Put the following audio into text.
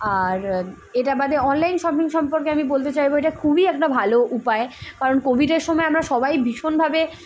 আর এটা বাদে online shopping সম্পর্কে আমি বলতে চাইবো এটা খুবই একটা ভালো উপায় কারণ কোভিডের সময় আমরা সবাই ভীষণভাবে